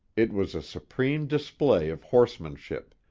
it was a supreme display of horsemanship,